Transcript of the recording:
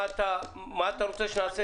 מה אתה רוצה שנעשה,